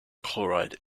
chloride